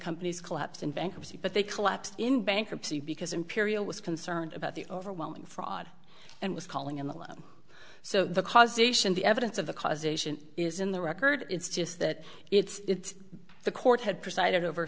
company's collapse in bankruptcy but they collapsed in bankruptcy because imperial was concerned about the overwhelming fraud and was calling in the law so the causation the evidence of the causation is in the record it's just that it's the court had presided over